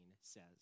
says